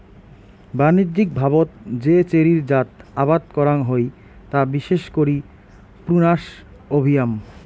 বাণিজ্যিকভাবত যে চেরির জাত আবাদ করাং হই তা বিশেষ করি প্রুনাস অভিয়াম